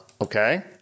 Okay